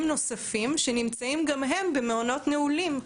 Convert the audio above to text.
נוספים שנמצאים גם הם במעונות נעולים.